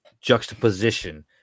juxtaposition